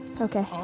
Okay